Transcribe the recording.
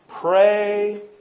Pray